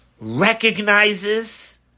recognizes